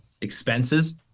expenses